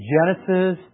Genesis